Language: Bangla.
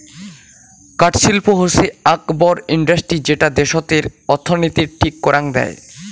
কাঠ শিল্প হৈসে আক বড় ইন্ডাস্ট্রি যেটা দ্যাশতের অর্থনীতির ঠিক করাং দেয়